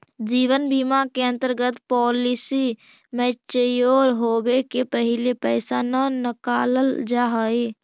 जीवन बीमा के अंतर्गत पॉलिसी मैच्योर होवे के पहिले पैसा न नकालल जाऽ हई